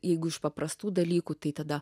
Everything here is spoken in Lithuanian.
jeigu iš paprastų dalykų tai tada